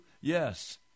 Yes